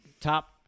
top